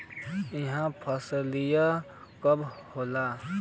यह फसलिया कब होले?